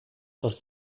das